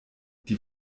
die